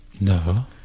No